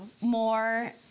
more